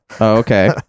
Okay